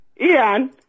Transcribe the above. Ian